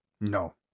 No